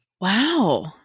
Wow